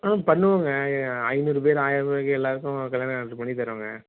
ஆ பண்ணுவோங்க ஐநூறு பேர் ஆயிரம் பேருக்கு எல்லாேருக்கும் கல்யாண ஆட்ரு பண்ணித்தரோங்க